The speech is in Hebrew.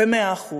ב-100%.